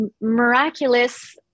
miraculous